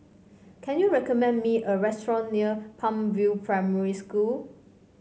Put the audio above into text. can you recommend me a restaurant near Palm View Primary School